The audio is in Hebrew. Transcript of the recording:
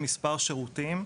למספר שירותים.